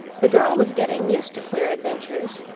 the girl was getting used to queer adventures,